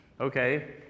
Okay